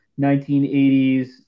1980s